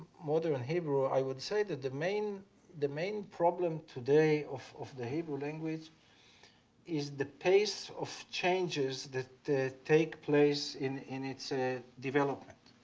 modern hebrew i would say that the main the main problem today of of the hebrew language is the pace of changes that take place in in its ah development.